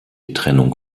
trennung